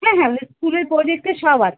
হ্যাঁ হ্যাঁ আমাদের স্কুলের প্রোজেক্টের সব আছে